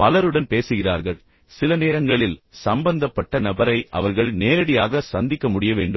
பலருடன் பேசுகிறார்கள் சில நேரங்களில் சம்பந்தப்பட்ட நபரை அவர்கள் நேரடியாக சந்திக்க முடிய வேண்டும்